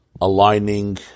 aligning